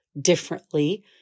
differently